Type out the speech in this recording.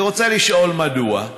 אני רוצה לשאול: 1. מדוע?